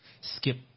skip